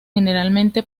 generalmente